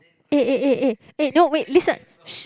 eh eh eh eh eh no wait listen